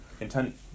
intent